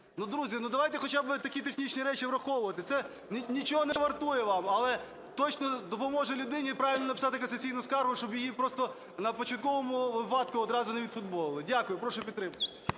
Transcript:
друзі, давайте хоча би такі технічні речі враховувати. Це нічого не вартує вам, але точно допоможе людині правильно написати касаційну скаргу, щоб її просто на початковому випадку відразу не відфутболили. Дякую. Прошу підтримати.